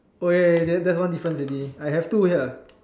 oh ya ya ya that one different already I have two here